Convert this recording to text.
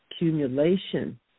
Accumulation